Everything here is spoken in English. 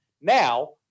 Now